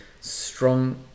strong